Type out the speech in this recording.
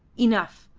enough.